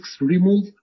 remove